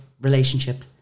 relationship